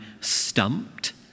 stumped